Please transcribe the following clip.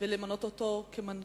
ולמנות אותו למנכ"ל,